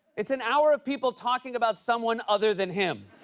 it's an hour of people talking about someone other than him.